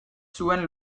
zuen